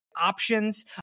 options